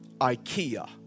Ikea